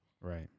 Right